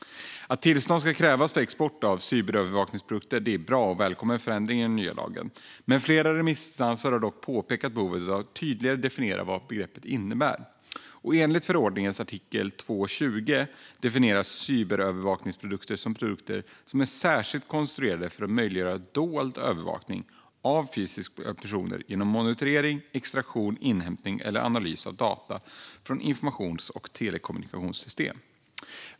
Att tillstånd ska krävas för export av cyberövervakningsprodukter är en bra och välkommen förändring i den nya lagen. Flera remissinstanser har dock påpekat behovet av att tydligare definiera vad begreppet innebär. Enligt förordningens artikel 2.20 definieras cyberövervakningsprodukter som produkter som är särskilt konstruerade för att möjliggöra dold övervakning av fysiska personer genom monitorering, extraktion, inhämtning eller analys av data från informations och telekommunikationssystem.